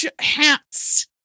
hats